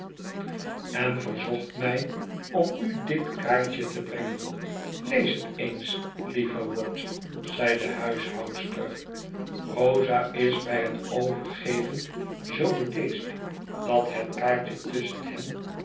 en verzocht mij om u dit kaartje te brengen lees het eens lieve watt zegt de huishoudster rosa is bij het overgeven zoo bedeesd dat het kaartje tusschen hen